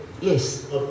Yes